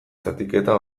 zatiketa